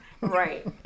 Right